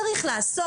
צריך לעשות,